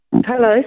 Hello